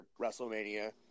WrestleMania